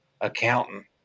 accountant